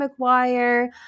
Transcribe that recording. McGuire